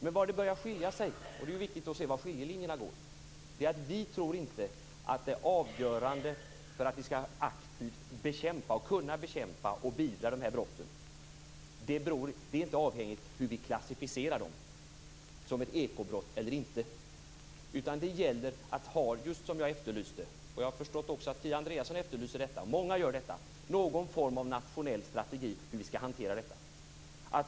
Men det är också viktigt att se var skiljelinjerna går. Vi tror inte att det avgörande för att aktivt kunna bekämpa och beivra de här brotten är om vi klassificerar dem som ekobrott eller inte. Det gäller att ha just vad jag efterlyste, och jag har förstått att också Kia Andreasson och många andra efterlyser detta: någon form av nationell strategi för hur vi skall hantera detta.